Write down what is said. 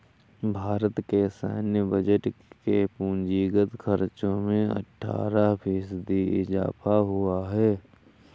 भारत के सैन्य बजट के पूंजीगत खर्चो में अट्ठारह फ़ीसदी इज़ाफ़ा हुआ है